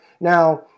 Now